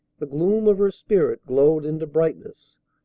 the gloom of her spirit glowed into brightness,